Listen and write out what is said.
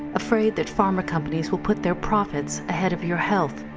afraid that pharma companies will put their profits ahead of your health?